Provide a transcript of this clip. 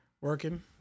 working